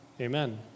Amen